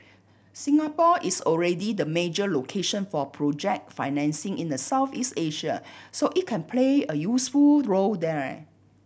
Singapore is already the major location for project financing in the Southeast Asia so it can play a useful role there